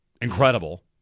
incredible